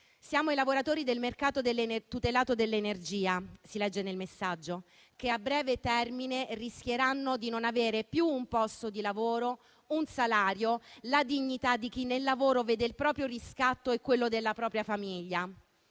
«Siamo i lavoratori del mercato tutelato dell'energia - si legge nel messaggio - che a breve termine rischieranno di non avere più un posto di lavoro, un salario, la dignità di chi nel lavoro vede il proprio riscatto e quello della propria famiglia.